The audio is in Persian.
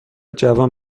جوان